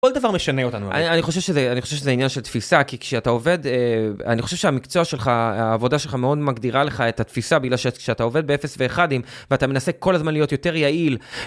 כל דבר משנה אותנו, אני חושב שזה עניין של תפיסה, כי כשאתה עובד, אני חושב שהמקצוע שלך, העבודה שלך מאוד מגדירה לך את התפיסה, בגלל שכשאתה עובד ב-0 ו-1, ואתה מנסה כל הזמן להיות יותר יעיל...